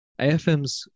AFMs